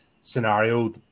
scenario